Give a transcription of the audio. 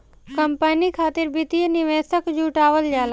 company खातिर वित्तीय निवेशक जुटावल जाला